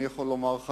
אני יכול לומר לך,